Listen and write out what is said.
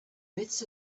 bits